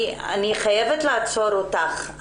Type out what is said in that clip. אני חייבת לעצור אותך.